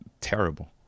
terrible